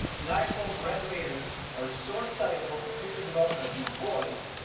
the niagara falls red raiders are so excited about the future development of these boys,